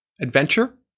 Adventure